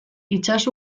itsas